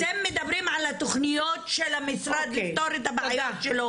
אתם מדברים על התוכניות של המשרד לפתור את הבעיות שלו.